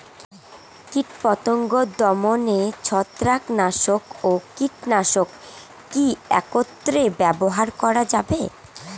কীটপতঙ্গ দমনে ছত্রাকনাশক ও কীটনাশক কী একত্রে ব্যবহার করা যাবে?